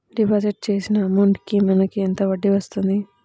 Deposit చేసిన amount కి మనకి ఎంత వడ్డీ వస్తుంది?